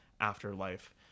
afterlife